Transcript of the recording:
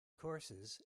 courses